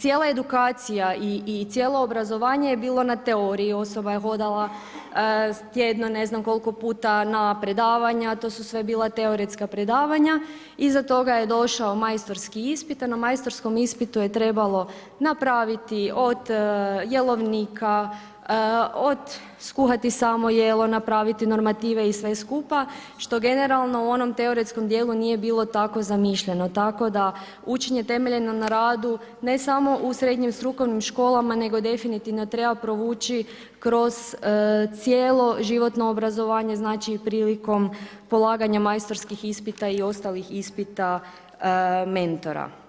cijela edukacija i cijelo obrazovanje je bilo na teoriji, osoba je hodala tjedno ne znam koliko puta na predavanja, to su sve bila teoretska predavanja, iza toga je došao majstorski ispit a na majstorskom ispitu je trebalo napraviti od jelovnika, od skuhati samo jelo, napraviti normative i sve skupa što generalno u onom teoretskom djelu nije bilo tako zamišljeno, tako da učenje temeljeno na radu ne samo u srednjim strukovnim školama nego definitivno treba provući kroz cijelo životno obrazovanje prilikom polaganja majstorskih ispita i ostalih ispita mentora.